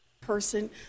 ...person